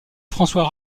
françois